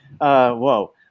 Whoa